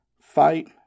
fight